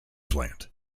plant